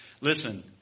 Listen